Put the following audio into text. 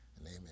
amen